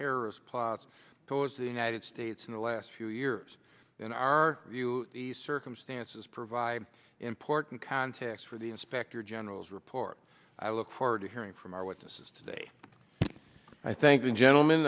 terrorist plots towards the united states in the last few years in our view the circumstances provide important context for the inspector general's report i look forward to hearing from our witnesses today i thank the